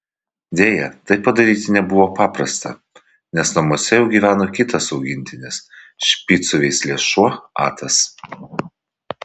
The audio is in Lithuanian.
deja tai padaryti nebuvo paprasta nes namuose jau gyveno kitas augintinis špicų veislės šuo atas